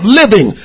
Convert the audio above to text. living